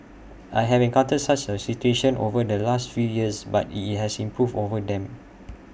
I have encountered such A situation over the last few years but IT it has improved over time